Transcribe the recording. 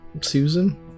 Susan